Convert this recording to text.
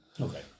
Okay